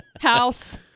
House